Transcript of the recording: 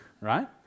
right